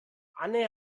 anne